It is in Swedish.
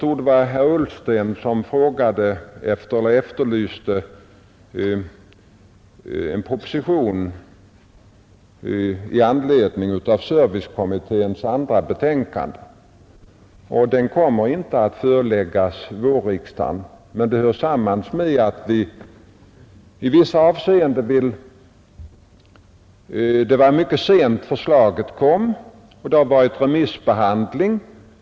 Herr Ullsten efterlyste en proposition i anledning av servicekommitténs andra betänkande. Propositionen kommer inte att föreläggas vårriksdagen. Detta beror på att förslaget framlades mycket sent och att det varit föremål för remissbehandling.